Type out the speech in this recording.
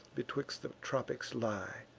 betwixt the tropics lie.